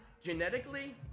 genetically